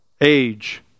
age